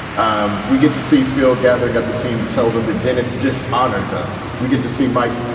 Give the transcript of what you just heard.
um we get to see phil gathering up the team to tell them that dennis dishonored them. we get to see mike.